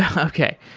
ah okay.